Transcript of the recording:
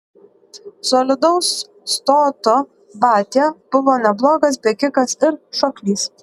solidaus stoto batia buvo neblogas bėgikas ir šoklys